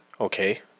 Okay